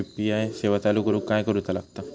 UPI सेवा चालू करूक काय करूचा लागता?